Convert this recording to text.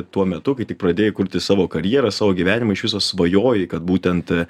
tuo metu kai tik pradėjai kurti savo karjerą savo gyvenimą iš viso svajojai kad būtent